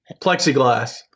plexiglass